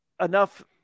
enough